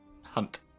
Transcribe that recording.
Hunt